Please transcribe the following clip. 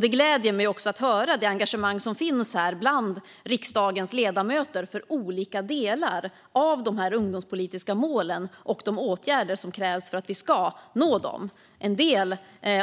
Det gläder mig också att höra det engagemang som finns här bland riksdagens ledamöter för olika delar av de ungdomspolitiska målen och de åtgärder som krävs för att vi ska nå dem. En del